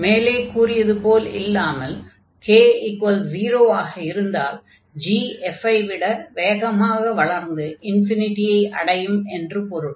மேலே கூறியதுபோல் இல்லாமல் k0 ஆக இருந்தால் g f ஐ விட வேகமாக வளர்ந்து ஐ அடையும் என்று பொருள்